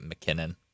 McKinnon